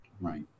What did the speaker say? Right